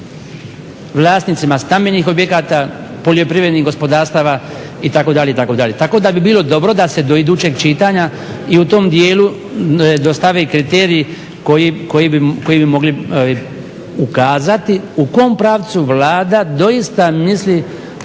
vlasnicima stambenih objekata, poljoprivrednih gospodarstava itd. tako da bi bilo dobro da se do idućeg čitanja i u tom dijelu dostavi kriterij koji bi mogli ukazati u kom pravcu Vlada doista misli